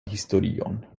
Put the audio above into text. historion